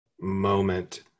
moment